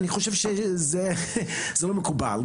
אני חושב שזה לא מקובל.